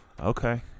Okay